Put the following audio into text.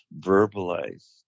verbalize